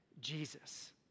Jesus